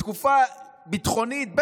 בתקופה ביטחונית,